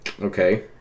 Okay